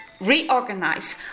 reorganize